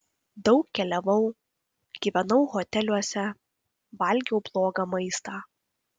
daug keliavau gyvenau hoteliuose valgiau blogą maistą